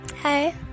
Hi